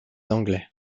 anglais